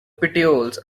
petioles